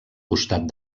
costat